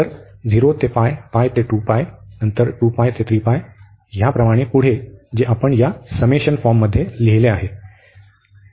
तर 0 ते ते नंतर ते याप्रमाणे पुढे इत्यादी जे आपण या समेशन फॉर्ममध्ये लिहिले आहे